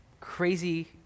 crazy